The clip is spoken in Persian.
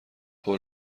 هول